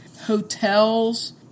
hotels